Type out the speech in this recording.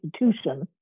institution